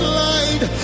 light